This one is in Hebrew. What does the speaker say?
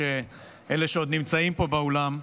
אלה שעוד נמצאים פה באולם,